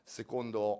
secondo